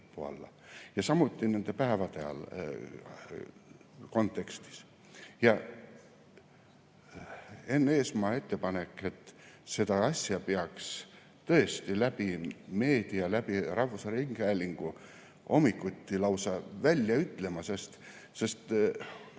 alla, samuti nende päevade kontekstis. Enn Eesmaa ettepanek, et seda asja peaks tõesti läbi meedia, läbi rahvusringhäälingu hommikuti lausa välja ütlema, [on